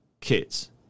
Kids